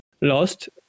lost